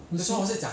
that's why